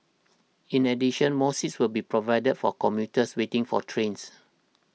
in addition more seats will be provided for commuters waiting for trains